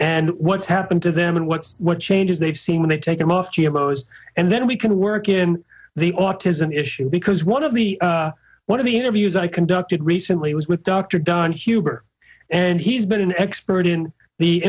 and what's happened to them and what's what changes they've seen when they take them off and then we can work in the autism issue because one of the one of the interviews i conducted recently was with dr don huber and he's been an expert in the